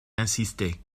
insister